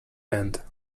hand